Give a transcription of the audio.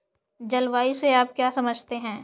जलवायु से आप क्या समझते हैं?